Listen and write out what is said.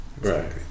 right